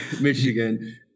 Michigan